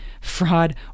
fraud